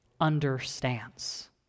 understands